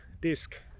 disc